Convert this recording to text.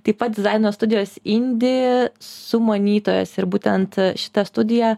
taip pat dizaino studijos indi sumanytojas ir būtent šita studija